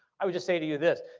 i would just say to you this.